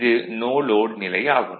இது no load நிலை ஆகும்